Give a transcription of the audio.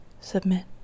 submit